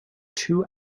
two